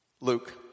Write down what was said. Luke